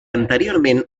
anteriorment